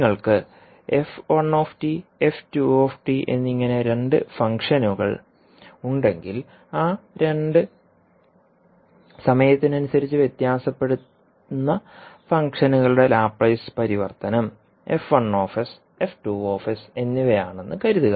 നിങ്ങൾക്ക് എന്നിങ്ങനെ രണ്ട് ഫംഗ്ഷനുകൾ ഉണ്ടെങ്കിൽ ആ രണ്ട് സമയത്തിനനുസരിച്ച് വ്യത്യാസപ്പെടുന്ന ഫംഗ്ഷനുകളുടെ ലാപ്ലേസ് പരിവർത്തനം എന്നിവയാണെന്ന് കരുതുക